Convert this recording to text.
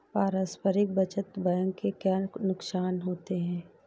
पारस्परिक बचत बैंक के क्या नुकसान होते हैं?